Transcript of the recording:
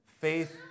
faith